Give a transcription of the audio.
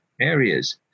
areas